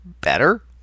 better